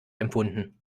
empfunden